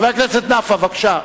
חבר הכנסת נפאע, בבקשה.